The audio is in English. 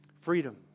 Freedom